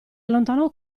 allontanò